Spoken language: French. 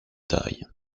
taille